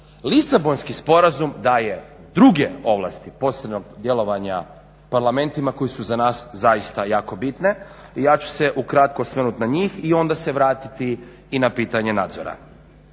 Lisabonski sporazum daje druge ovlasti posebno djelovanja parlamentima koji su za nas zaista jako bitne. I ja ću se ukratko osvrnuti na njih i onda se vratiti i na pitanje nadzora.